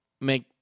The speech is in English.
make